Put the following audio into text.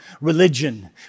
religion